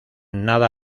nada